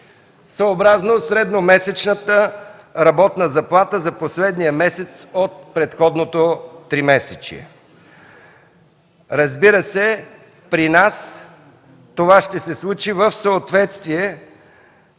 съобразно средномесечната работна заплата за последния месец от предходното тримесечие.” Разбира се, това при нас ще се случи в съответствие